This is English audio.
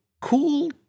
cool